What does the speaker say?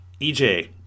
EJ